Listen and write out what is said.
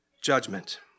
judgment